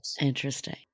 interesting